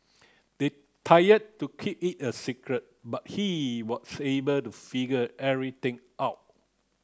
they tired to keep it a secret but he was able to figure everything out